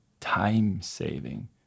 Time-saving